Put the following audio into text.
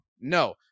no